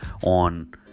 on